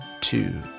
two